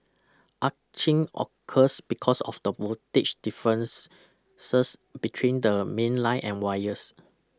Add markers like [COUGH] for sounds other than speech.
arcing occurs because of the voltage difference [UNINTELLIGIBLE] between the mainline and wires